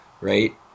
right